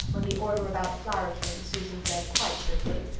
when the order about flour came susan said, quite cheerfully,